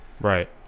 right